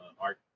art